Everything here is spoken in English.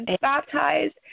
baptized